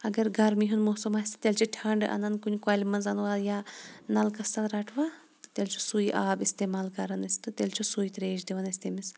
اَگَر گَرمی ہُنٛد موسَم آسہٕ تیٚلہِ چھِ ٹھنٛڈ اَنان کُنہِ کۄلہِ مَنٛز اَنوا یا نَلکَس تَل ڑَٹوَ تیٚلہِ چھُ سُے آب اِستعمال کَران أسۍ تہٕ تیٚلہِ چھِ سُے ترٛیش دِوان أسۍ تٔمِس